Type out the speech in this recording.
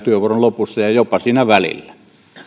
työvuoron lopussa ja ja jopa siinä välillä